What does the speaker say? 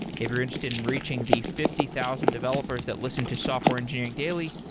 if you're interested in reaching the fifty thousand developers that listen to software engineering daily,